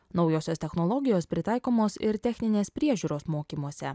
naujosios technologijos pritaikomos ir techninės priežiūros mokymuose